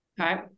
Okay